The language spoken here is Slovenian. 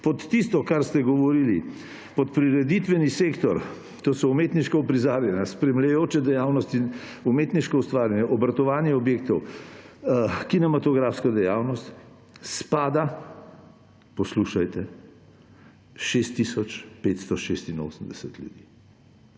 Pod tisto, kar ste govorili, pod prireditveni sektor, to so umetniška uprizarjanja, spremljajoče dejavnosti, umetniško ustvarjanje, obratovanje objektov, kinematografska dejavnost spada sem, poslušajte, 6 tisoč 586 ljudi.